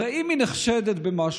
הרי אם היא נחשדת במשהו,